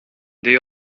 they